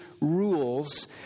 rules